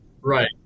Right